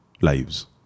lives